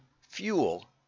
fuel